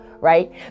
right